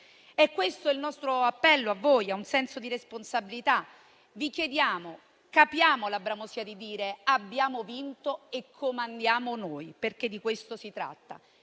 È questo il nostro appello a voi e al senso di responsabilità: capiamo la bramosia di dire «abbiamo vinto e comandiamo noi», perché di questo si tratta,